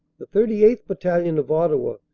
the thirty eighth. battalion, of ottawa,